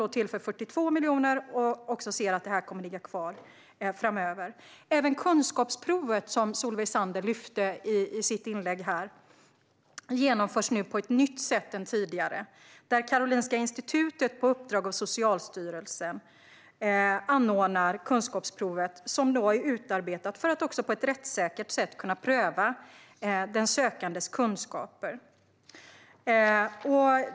Vi tillför 42 miljoner under 2018 och ser att det här kommer att ligga kvar framöver. Även kunskapsprovet som Solveig Zander lyfte upp i sitt inlägg genomförs nu på ett nytt sätt jämfört med tidigare. Karolinska institutet anordnar på uppdrag av Socialstyrelsen kunskapsprovet som är utarbetat för att på ett rättssäkert sätt kunna pröva den sökandes kunskaper.